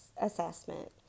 assessment